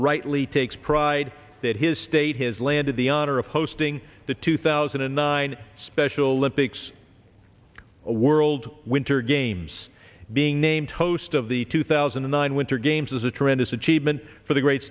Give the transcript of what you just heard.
rightly takes pride that his state has landed the honor of hosting the two thousand and nine special olympics a world winter games being named host of the two thousand and nine winter games as a tremendous achievement for the great